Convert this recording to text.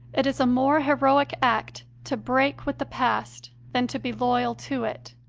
it is a more heroic act to break with the past than to be loyal to it.